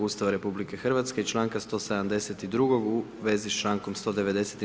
Ustava RH i članka 172. u svezi s člankom 190.